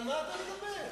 על מה אתה מדבר?